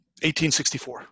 1864